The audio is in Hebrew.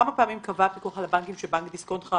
כמה פעמים קבע הפיקוח על הבנקים שבנק דיסקונט חרג